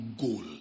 goal